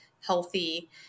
healthy